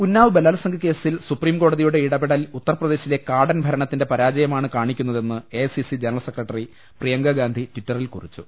ഉന്നാവ് ബലാത്സംഗ കേസിൽ സുപ്രീംകോടതിയുടെ ഇടപെ ടൽ ഉത്തർപ്രദേശിലെ കാടൻ ഭരണത്തിന്റെ പരാജയമാണ് കാണി ക്കുന്നതെന്ന് A I C C general secretary Priyanka Gandhi ടിറ്ററിൽ കുറിച്ചു